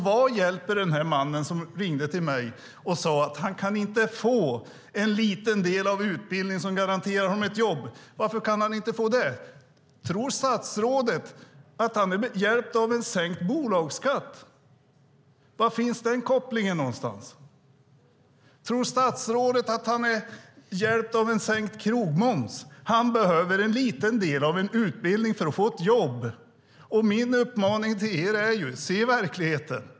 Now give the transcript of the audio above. Vad hjälper det den man som ringde mig och sade att han inte kan få en liten del av en utbildning som garanterar honom ett jobb? Varför kan han inte få den utbildningen? Tror statsrådet att han är hjälpt av en sänkt bolagsskatt? Var finns den kopplingen? Tror statsrådet att han är hjälpt av en sänkt krogmoms? Han behöver en liten del av en utbildning för att få ett jobb. Min uppmaning till er är att se verkligheten.